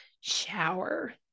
Shower